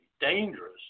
dangerous